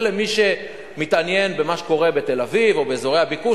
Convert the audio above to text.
זה למי שמתעניין במה שקורה בתל-אביב או באזורי הביקוש.